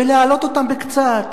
ולהעלות אותם בקצת,